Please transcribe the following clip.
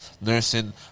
nursing